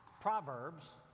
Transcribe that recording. Proverbs